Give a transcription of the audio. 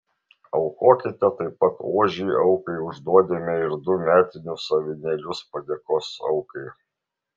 aukokite taip pat ožį aukai už nuodėmę ir du metinius avinėlius padėkos aukai